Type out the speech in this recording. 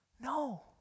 No